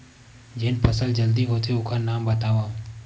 जेन फसल जल्दी होथे ओखर नाम बतावव?